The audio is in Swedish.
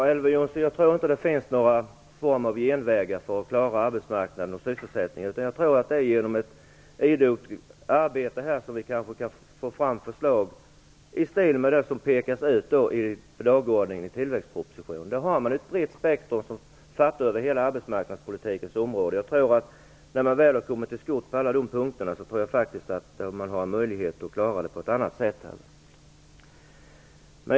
Herr talman! Jag tror inte att det finns några genvägar för att klara sysselsättningen. Jag tror att det är genom ett idogt arbete som vi kan få fram förslag i linje med det som pekas ut i tillväxtpropositionen. Där har man ett brett spektrum över hela arbetsmarknadspolitikens område. När man väl kommit till skott med alla punkterna där, tror jag faktiskt att man har möjligheter att klara detta på ett bra sätt.